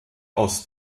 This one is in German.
aus